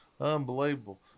Unbelievable